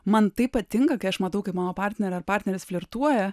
man taip patinka kai aš matau kaip mano partnerė ar partneris flirtuoja